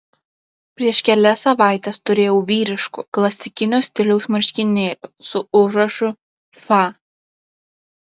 prieš kelias savaites turėjau vyriškų klasikinio stiliaus marškinėlių su užrašu fa